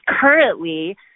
currently